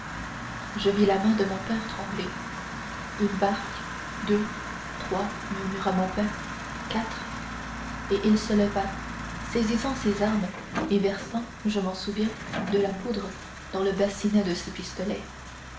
je vis la main de mon père trembler une barque deux trois murmura mon père quatre et il se leva saisissant ses armes et versant je m'en souviens de la poudre dans le bassinet de ses pistolets